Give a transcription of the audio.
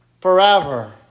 forever